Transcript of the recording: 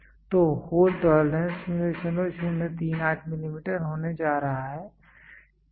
तोहोल tolerance 0039 millimetre होने जा रहा है ठीक है